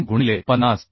W गुणिले 12